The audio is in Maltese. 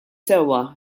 sewwa